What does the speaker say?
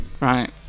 Right